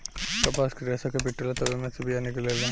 कपास के रेसा के पीटाला तब एमे से बिया निकलेला